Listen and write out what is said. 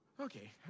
Okay